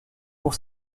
pour